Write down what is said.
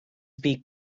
beak